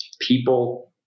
people